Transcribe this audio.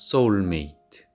Soulmate